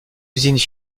usines